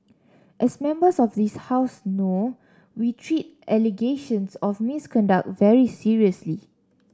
as Members of this House know we treat allegations of misconduct very seriously